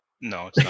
No